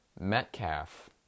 Metcalf